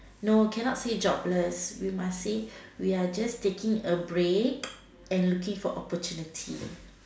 no cannot say jobless we must say we are just taking a break and looking for opportunities